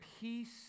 peace